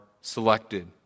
selected